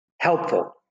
helpful